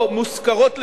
או מושכרות למשרדים,